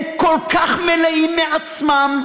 הם כל כך מלאים מעצמם,